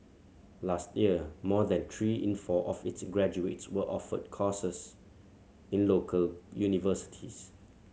last year more than three in four of its graduates were offered courses in local universities